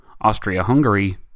Austria-Hungary